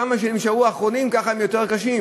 כמה שנשארו אחרונים, ככה הם יותר קשים.